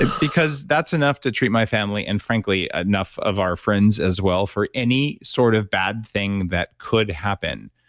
because that's enough to treat my family, and frankly, enough of our friends as well, for any sort of bad thing that could happen.